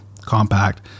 compact